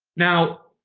now,